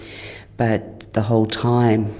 but the whole time,